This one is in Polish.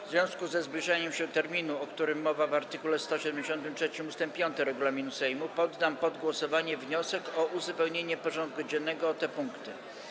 W związku ze zbliżaniem się terminu, o którym mowa w art. 173 ust. 5 regulaminu Sejmu, poddam pod głosowanie wniosek o uzupełnienie porządku dziennego o te punkty.